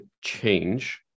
change